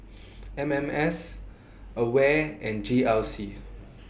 M M S AWARE and G R C